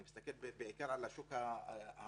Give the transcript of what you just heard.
אני מסתכל בעיקר על השוק האפור,